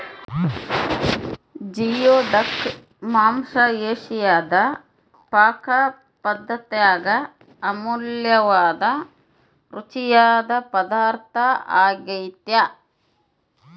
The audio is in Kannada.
ಜಿಯೋಡಕ್ ಮಾಂಸ ಏಷಿಯಾದ ಪಾಕಪದ್ದತ್ಯಾಗ ಅಮೂಲ್ಯವಾದ ರುಚಿಯಾದ ಪದಾರ್ಥ ಆಗ್ಯೆತೆ